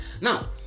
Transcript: now